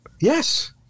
yes